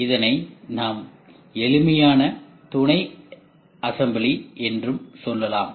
இதனை நாம் எளிமையான துணைஅசெம்பிளி என்றும் சொல்லலாம்